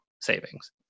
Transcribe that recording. savings